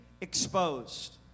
exposed